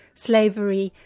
slavery,